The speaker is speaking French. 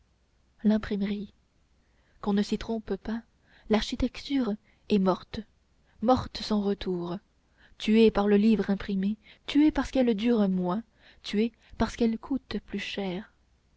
l'imprimerie qu'on ne s'y trompe pas l'architecture est morte morte sans retour tuée par le livre imprimé tuée parce qu'elle dure moins tuée parce qu'elle coûte plus cher